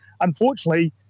unfortunately